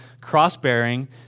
cross-bearing